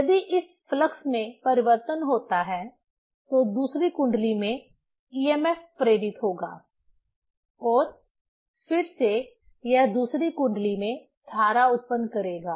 यदि इस फ्लक्स में परिवर्तन होता है तो दूसरी कुंडली में EMF प्रेरित होगा और फिर से यह दूसरी कुंडली में धारा उत्पन्न करेगा